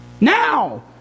Now